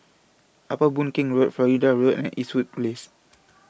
Upper Boon Keng Road Florida Road and Eastwood Place